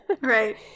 Right